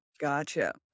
Gotcha